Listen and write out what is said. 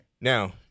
Now